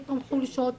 פתאום חולשות,